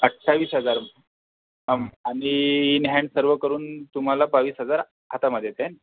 अठ्ठावीस हजार अं आणि इन हँड सर्व करून तुम्हाला बावीस हजार हातामध्ये येते